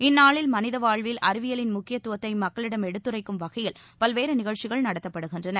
இந்நாளில் மனித வாழ்வில் அறிவியலின் முக்கியத்துவத்தை மக்களிடம் எடுத்துரைக்கும் வகையில் பல்வேறு நிகழ்ச்சிகள் நடத்தப்படுகின்றன